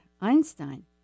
Einstein